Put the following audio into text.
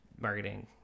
marketing